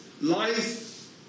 life